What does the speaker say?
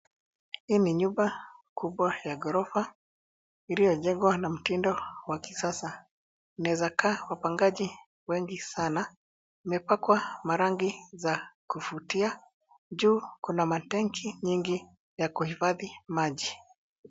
Hii ni nyumba kubwa ya gorofa, iliyojengwa na mtindo wa kisasa. Inaeza kaa wapangaji wengi sana ,imepakwa marangi za kuvutia ,juu Kuna matenki nyingi ya kuhifadhi maji .